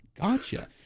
Gotcha